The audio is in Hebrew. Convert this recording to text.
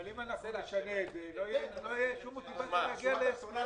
אבל אם אנחנו נשנה את זה לא תהיה שום מוטיבציה להגיע לתקציב.